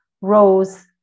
Rose